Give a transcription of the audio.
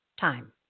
time